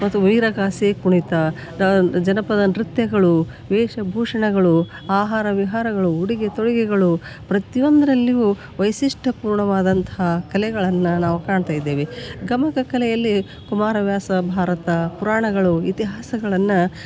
ಮತ್ತು ವೀರಗಾಸೆ ಕುಣಿತ ರಾ ಜನಪದ ನೃತ್ಯಗಳು ವೇಶ ಭೂಷಣಗಳು ಆಹಾರ ವಿಹಾರಗಳು ಉಡುಗೆ ತೊಡುಗೆಗಳು ಪ್ರತಿಯೊಂದರಲ್ಲಿಯು ವೈಶಿಷ್ಟಪೂರ್ಣವಾದಂಥ ಕಲೆಗಳನ್ನು ನಾವು ಕಾಣ್ತಾಯಿದ್ದೇವೆ ಗಮಕ ಕಲೆಯಲ್ಲಿ ಕುಮಾರವ್ಯಾಸ ಭಾರತ ಪುರಾಣಗಳು ಇತಿಹಾಸಗಳನ್ನು